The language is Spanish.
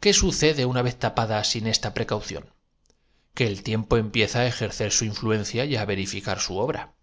qué sucede una vez tapada sin esta precaución pues al centro de la atmósfera que es el cuerpo que que el tiempo empieza á ejercer su influencia y a ve rificar su obra